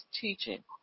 teaching